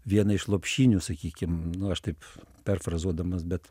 viena iš lopšinių sakykim nu aš taip perfrazuodamas bet